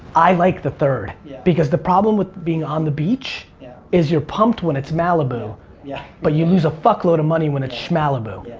i like the third because the problem with being on the beach is you're pumped when it's malibu yeah but you lose a fuck load of money when it's smalibu. yeah